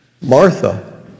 Martha